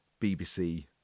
BBC